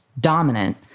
dominant